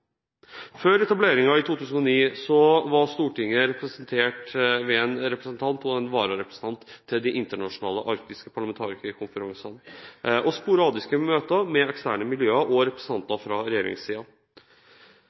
Før etableringen i 2009 var Stortinget representert med en representant og en vararepresentant til de arktiske parlamentarikerkonferansene og sporadiske møter med eksterne miljøer og